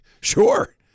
sure